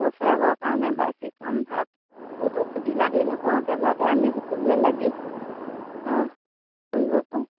বছৰেকৰ কাৰণে কামভাগ ক'তো খুটি নাতি নোহোৱাকে যাতে আমি সকলোৱে লাগি অঁ কৰিব পাৰোঁ